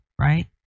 right